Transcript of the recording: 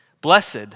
Blessed